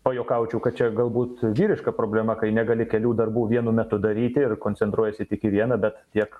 pajuokaučiau kad čia galbūt vyriška problema kai negali kelių darbų vienu metu daryti ir koncentruojiesi tik į vieną bet tiek